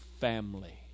family